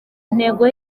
ntego